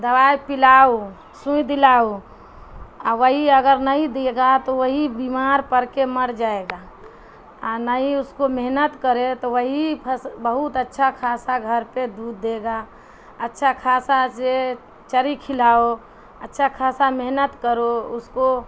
دوائی پلاؤ سوئی دلاؤ اور وہی اگر نہیں دے گا تو وہی بیمار پڑ کے مر جائے گا اور نہیں اس کو محنت کرے تو وہی پھس بہت اچھا خاصا گھر پہ دودھ دے گا اچھا خاصا سے چارا کھلاؤ اچھا خاصا محنت کرو اس کو